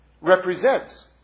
represents